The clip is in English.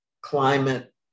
climate